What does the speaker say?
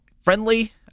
friendly